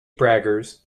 braggers